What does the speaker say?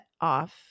off